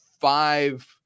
five